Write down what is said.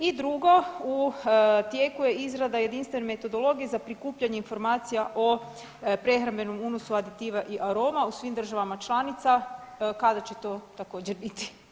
I drugo u tijeku je izrada jedinstvene metodologije za prikupljanje informacija o prehrambenom unosu aditiva i aroma u svim državama članica kada će to također biti?